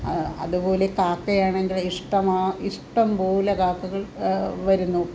അതുപോലെ കാക്കയാണെങ്കിൽ ഇഷ്ടമാണ് ഇഷ്ടംപോലെ കാക്കകൾ വരുന്നു